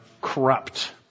corrupt